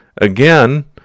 Again